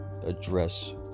address